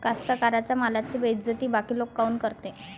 कास्तकाराइच्या मालाची बेइज्जती बाकी लोक काऊन करते?